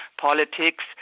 politics